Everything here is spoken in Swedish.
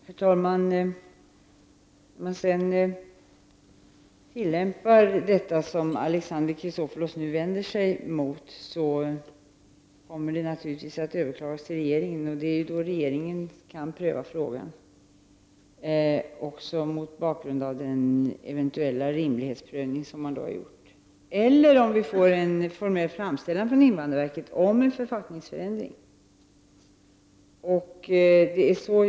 Herr talman! Om invandrarverket tillämpar det som Alexander Chrisopoulos vänder sig emot kommer det naturligtvis att överklagas. Det är då regeringen kan pröva frågan, även mot bakgrund av den eventuella rimlighetsprövning som har gjorts. Regeringen kan även pröva frågan om den får en formell framställan från invandrarverket om en författningsförändring.